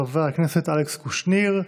חבר הכנסת אלכס קושניר.